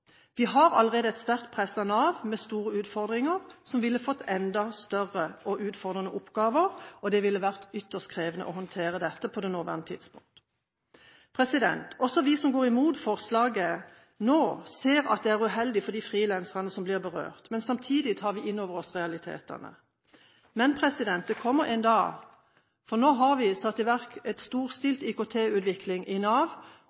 Vi har allerede et sterkt press fra Nav, med store utfordringer, som ville fått enda større og mer utfordrende oppgaver, og det ville vært ytterst krevende å håndtere dette på det nåværende tidspunkt. Også vi som går imot forslaget nå, ser at det er uheldig for de frilanserne som blir berørt. Samtidig tar vi inn over oss realitetene. Men det kommer en dag – for nå har vi satt i verk en storstilt IKT-utvikling i Nav